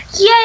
Yay